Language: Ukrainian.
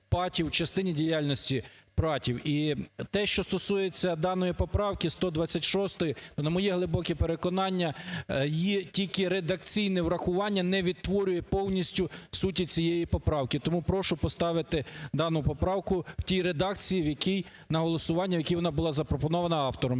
І те, що стосується даної поправки 126-ї, то на моє глибоке переконання, її тільки редакційне врахування не відтворює повністю суті цієї поправки. Тому прошу поставити дану поправку в тій редакції на голосування, в якій вона була запропонована автором.